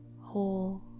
whole